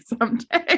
someday